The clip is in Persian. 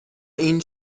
این